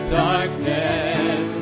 darkness